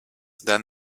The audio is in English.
than